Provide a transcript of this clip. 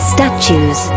Statues